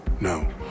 no